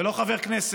ולא חבר כנסת.